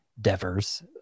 Devers